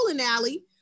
alley